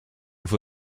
for